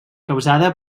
causada